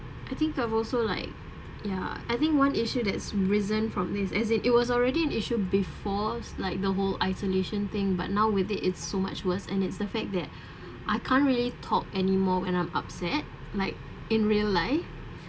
I think I'm also like ya I think one issue that's recent from these as in it was already an issue before like the whole isolation thing but now with it it's so much worse and it's the fact that I can't really talk anymore when I'm upset like in real life